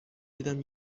دیدم